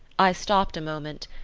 i stopped a moment,